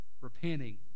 repenting